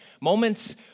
Moments